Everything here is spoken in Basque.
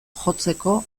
jotzeko